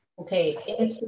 Okay